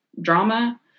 drama